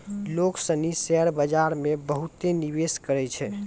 लोग सनी शेयर बाजार मे बहुते निवेश करै छै